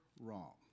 wrong